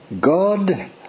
God